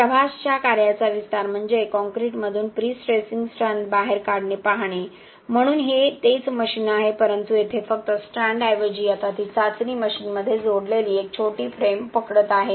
प्रभासच्या कार्याचा विस्तार म्हणजे कॉंक्रिटमधून प्रीस्ट्रेसिंग स्ट्रँड्स बाहेर काढणे पाहणे म्हणून हे तेच मशीन आहे परंतु येथे फक्त स्ट्रँडऐवजी आता ती चाचणी मशीनमध्ये जोडलेली एक छोटी फ्रेम पकडत आहे